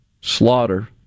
slaughter